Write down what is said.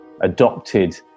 adopted